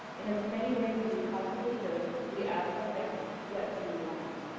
in as many ways as we possibly could we asked our families what do you want.